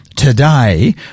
Today